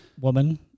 woman